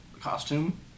costume